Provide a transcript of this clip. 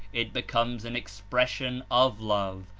it becomes an expression of love,